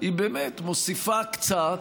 היא באמת מוסיפה קצת,